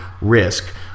risk